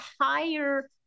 higher-